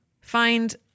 Find